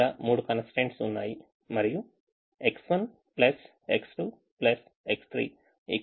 ఇక్కడ మూడు constraints ఉన్నాయి మరియు X1 X2 X3 5 ఒక constraint